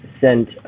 sent